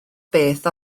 beth